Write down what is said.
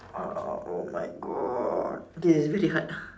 uh oh my God this is really hard